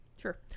Sure